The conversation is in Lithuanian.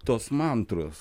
tos mantros